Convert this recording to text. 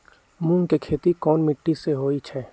मूँग के खेती कौन मीटी मे होईछ?